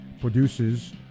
produces